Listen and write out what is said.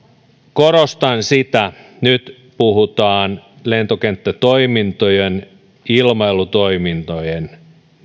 korostan sitä että nyt puhutaan lentokenttätoimintojen ilmailutoimintojen